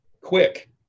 quick